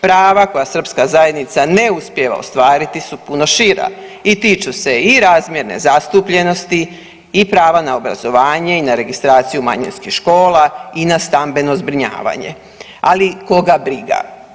Prava koja srpska zajednica ne uspijeva ostvariti su puno šira i tiču i razmjerne zastupljenosti i prava na obrazovanje i na registraciju manjinskih škola i na stambeno zbrinjavanje, ali koga briga.